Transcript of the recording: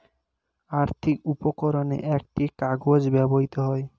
আর্থিক উপকরণে একটি কাগজ ব্যবহৃত হয়